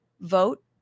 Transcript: vote